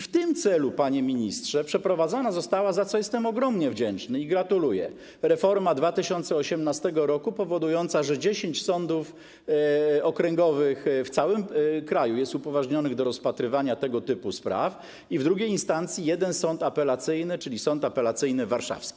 W tym celu, panie ministrze, przeprowadzona została, za co jestem ogromnie wdzięczny i czego gratuluję, reforma z 2018 r. powodująca, że 10 sądów okręgowych w całym kraju jest upoważnionych do rozpatrywania tego typu spraw, a w II instancji - jeden sąd apelacyjny, czyli sąd apelacyjny warszawski.